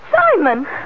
Simon